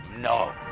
No